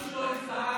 לא יפו.